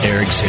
Eric